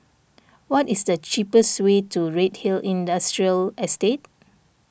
what is the cheapest way to Redhill Industrial Estate